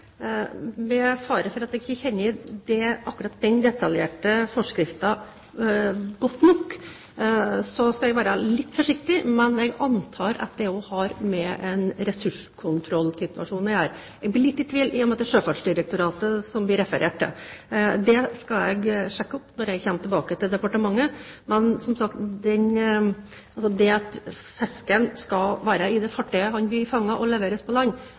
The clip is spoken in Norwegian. Med fare for at jeg ikke kjenner akkurat den detaljerte forskriften godt nok, skal jeg være litt forsiktig. Men jeg antar at det også har med en ressurskontrollsituasjon å gjøre. Jeg blir litt i tvil i og med at det er Sjøfartsdirektoratet det blir referert til. Det skal jeg sjekke når jeg kommer tilbake til departementet, men som sagt legger jeg til grunn at fisken skal leveres på land av det fartøyet som har fanget den. Det handler om ressurskontroll og